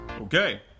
Okay